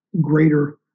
greater